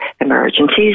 emergencies